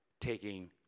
taking